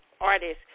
artists